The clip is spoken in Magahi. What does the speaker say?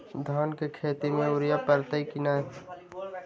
धान के खेती में यूरिया परतइ कि न?